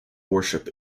worship